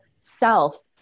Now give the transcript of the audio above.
self